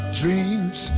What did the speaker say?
dreams